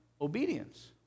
obedience